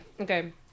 okay